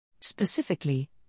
Specifically